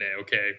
Okay